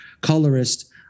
colorist